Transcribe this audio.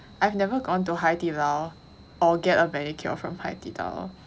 I've never gone to 海底捞 or get a manicure from 海底捞